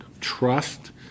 trust